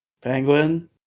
Penguin